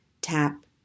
Tap